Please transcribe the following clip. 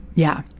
yeah.